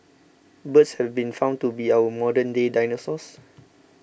birds have been found to be our modernday dinosaurs